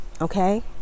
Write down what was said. okay